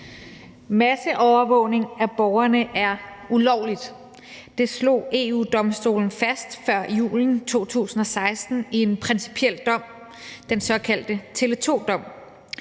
Masseovervågning af borgerne er ulovligt. Det slog EU-Domstolen fast før julen 2016 i en principiel dom, den såkaldte Tele2-dom,